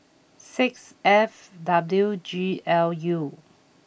six F W G L U